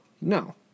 No